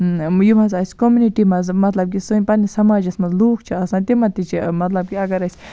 یِم حظ اَسہِ کومنِٹی مَنز مطلب کہِ سٲنۍ پَننِس سماجَس مَنز لوٗکھ چھِ آسان تِمَن تہِ چھُ مطلب کہِ اَگر اَسہِ